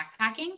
backpacking